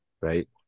right